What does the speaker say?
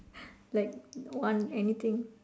like one anything